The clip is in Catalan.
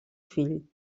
fill